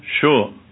sure